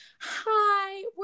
hi